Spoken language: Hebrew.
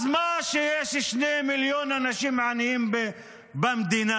אז מה שיש שני מיליון אנשים עניים במדינה?